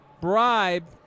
bribe